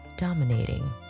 dominating